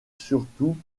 surtout